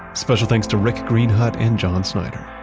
special thanks to rick greenhut and john schneider